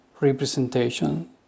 representation